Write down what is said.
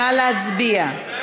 נא להצביע.